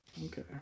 Okay